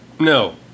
No